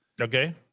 Okay